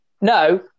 No